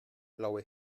blaue